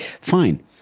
Fine